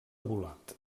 volat